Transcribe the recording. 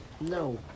no